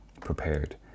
prepared